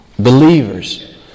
Believers